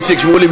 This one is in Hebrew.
שמונה,